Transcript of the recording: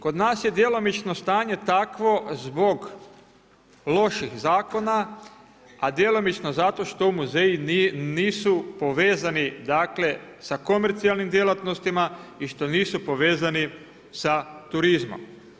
Kod nas je djelomično stanje takvo, zbog loših zakona, a djelomično, zato što muzeji nisu povezani sa komercijalnim djelatnostima i što nisu povezani sa turizmom.